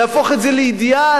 להפוך את זה לאידיאל?